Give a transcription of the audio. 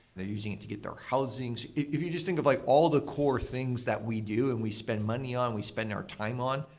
they're using it to get their housings. if you just think of like all of the core things that we do and we spend money on, we spend our time on,